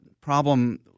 problem